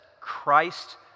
Christ